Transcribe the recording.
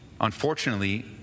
unfortunately